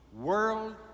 world